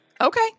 Okay